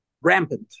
rampant